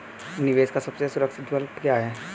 निवेश का सबसे सुरक्षित विकल्प क्या है?